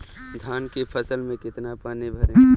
धान की फसल में कितना पानी भरें?